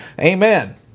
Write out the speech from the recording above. Amen